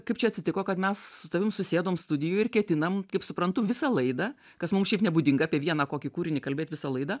kaip čia atsitiko kad mes su tavim susėdom studijoj ir ketinam kaip suprantu visą laidą kas mum šiaip nebūdinga apie vieną kokį kūrinį kalbėt visą laidą